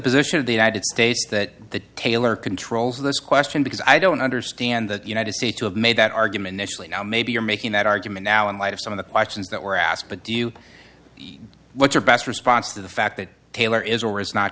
position of the united states that the tailor controls this question because i don't understand that the united states to have made that argument nationally now maybe you're making that argument now in light of some of the questions that were asked but do you want your best response to the fact that taylor